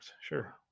Sure